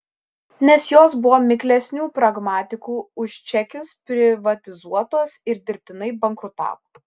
nes jos buvo miklesnių pragmatikų už čekius privatizuotos ir dirbtinai bankrutavo